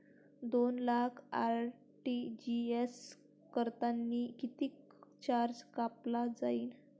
दोन लाख आर.टी.जी.एस करतांनी कितीक चार्ज कापला जाईन?